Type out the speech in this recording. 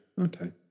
Okay